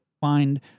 find